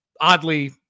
oddly